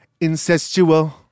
Incestual